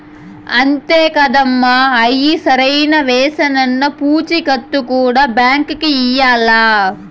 అంతే కాదమ్మ, అయ్యి సరైనవేనన్న పూచీకత్తు కూడా బాంకీకి ఇయ్యాల్ల